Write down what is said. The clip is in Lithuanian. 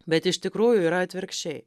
bet iš tikrųjų yra atvirkščiai